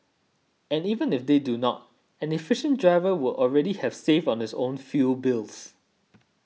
and even if they do not an efficient driver would already have saved on his own fuel bills